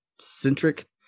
centric